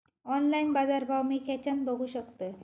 Online बाजारभाव मी खेच्यान बघू शकतय?